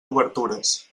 obertures